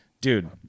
dude